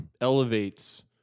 elevates